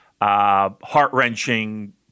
heart-wrenching